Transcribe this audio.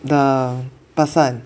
the person